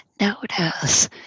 notice